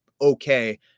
okay